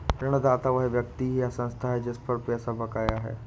ऋणदाता वह व्यक्ति या संस्था है जिस पर पैसा बकाया है